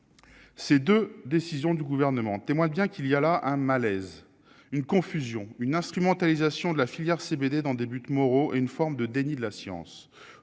Ces 2 décisions du gouvernement, témoin, bien qu'il y a là un malaise, une confusion, une instrumentalisation de la filière CBD dans des buts moraux et une forme de déni de la science,